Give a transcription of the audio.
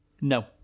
No